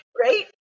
Right